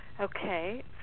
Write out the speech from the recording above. Okay